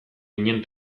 ginen